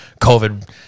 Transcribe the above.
COVID